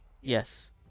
Yes